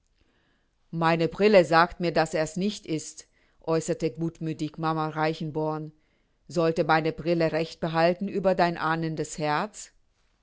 meine brille sagt mir daß er's nicht ist äußerte gutmüthig mama reichenborn sollte meine brille recht behalten über dein ahnendes herz